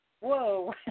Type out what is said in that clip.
whoa